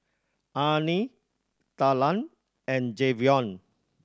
Arnie Talan and Javion